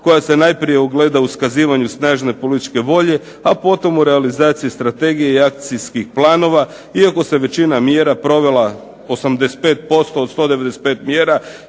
koja se najprije ogleda u iskazivanju snažne političke volje a potom u realizaciji strategije i akcijskih planova iako se većina mjera provela 85% od 195 mjera